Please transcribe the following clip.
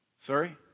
Sorry